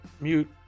Mute